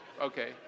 Okay